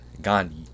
Gandhi